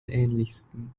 ähnlichsten